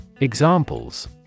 Examples